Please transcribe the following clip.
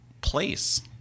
place